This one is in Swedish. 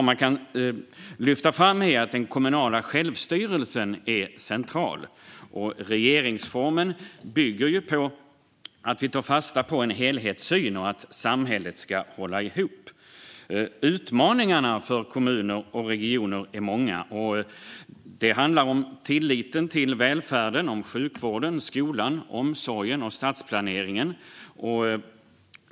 Man kan lyfta fram att den kommunala självstyrelsen är central. Regeringsformen bygger på att vi tar fasta på en helhetssyn och att samhället ska hålla ihop. Utmaningarna för kommuner och regioner är många. Det handlar om tilliten till välfärden, om sjukvården, skolan, omsorgen och stadsplaneringen.